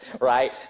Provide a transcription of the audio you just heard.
right